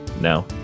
No